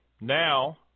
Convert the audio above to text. Now